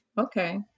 Okay